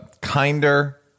kinder